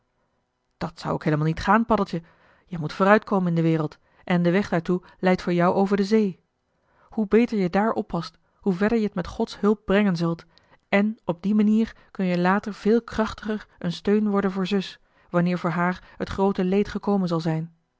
dat zou ook heelemaal niet gaan paddeltje jij moet vooruit komen in de wereld en de weg daartoe leidt voor jou over de zee hoe beter je daar oppast hoe verder je het met gods hulp brengen zult èn op die manier kun-je later veel krachtiger een steun worden voor zus wanneer voor haar het groote leed gekomen zal zijn